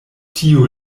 tiu